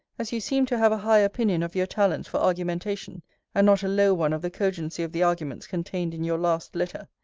as you seem to have a high opinion of your talents for argumentation and not a low one of the cogency of the arguments contained in your last letter.